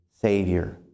Savior